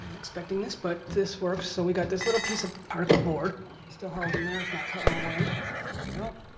expecting this but this works. so we got this little piece of particle board still held in there. it's not cut all the way. there yeah we go.